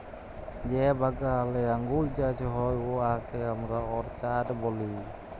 যে বাগালে আঙ্গুর চাষ হ্যয় উয়াকে আমরা অরচার্ড ব্যলি